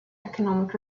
economic